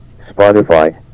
Spotify